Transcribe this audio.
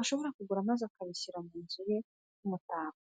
ashobora kugura maze akabishyira mu nzu ye nk'umutako.